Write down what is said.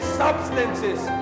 substances